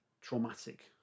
traumatic